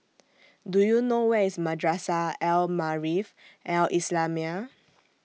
Do YOU know Where IS Madrasah Al Maarif Al Islamiah